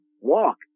Walk